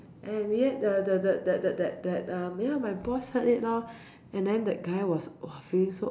and yet the the the the that that um ya my boss heard it lor and then that guy was !wah! feeling so